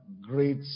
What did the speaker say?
great